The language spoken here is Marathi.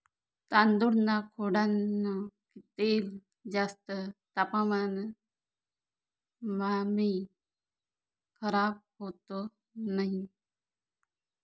तांदूळना कोंडान तेल जास्त तापमानमाभी खराब होत नही